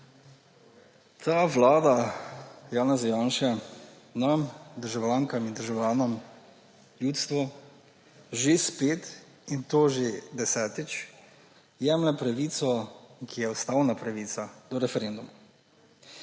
Ta vlada Janeza Janše nam državljankam in državljanom, ljudstvu, že spet, in to že desetič, jemlje pravico, ki je ustavna pravica, do referenduma.